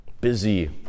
busy